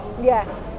Yes